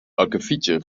akkefietje